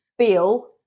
feel